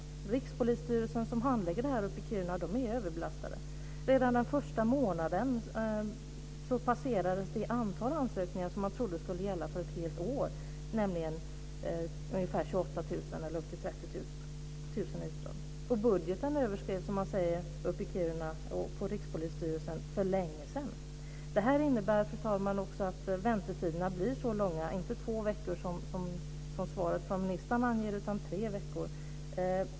Rikspolisstyrelsen, som handlägger detta uppe i Kiruna, är överbelastad. Redan den första månaden passerades det antal ansökningar som man trodde skulle gälla för ett helt år, nämligen 28 000 30 000 utdrag. Budgeten överskreds, säger man på Rikspolisstyrelsen i Kiruna, för länge sedan. Det här innebär också, fru talman, att väntetiderna blir långa - inte två veckor, som ministern anger i svaret, utan tre veckor.